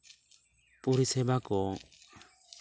ᱯᱚᱨᱤᱥᱮᱵᱟ ᱠᱚ